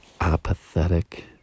apathetic